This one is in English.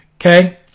Okay